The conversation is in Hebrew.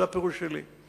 זה הפירוש שלי.